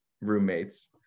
roommates